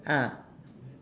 ah